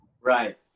Right